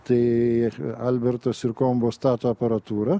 tai ir albertas ir kombo stato aparatūrą